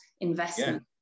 investment